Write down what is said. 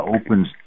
opens